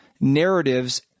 narratives